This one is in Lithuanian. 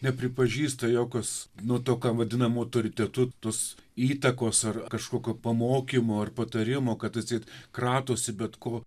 nepripažįsta jog kas nuo to ką vadinam autoritetu tos įtakos ar kažkokio pamokymo ar patarimo kad atseit kratosi bet ko